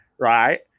right